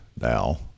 now